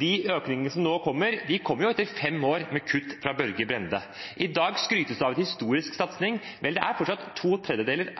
De økningene som nå kommer, kommer jo etter fem år med kutt fra Børge Brende. I dag skrytes det av en historisk satsing, men det er fortsatt to tredjedeler